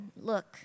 look